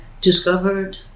discovered